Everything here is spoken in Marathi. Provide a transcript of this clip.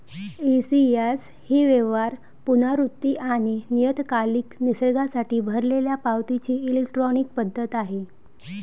ई.सी.एस ही व्यवहार, पुनरावृत्ती आणि नियतकालिक निसर्गासाठी भरलेल्या पावतीची इलेक्ट्रॉनिक पद्धत आहे